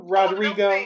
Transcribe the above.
Rodrigo